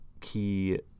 key